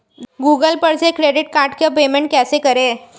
Google पर से credit card का पेमेंट कैसे करें?